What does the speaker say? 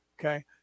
Okay